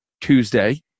Tuesday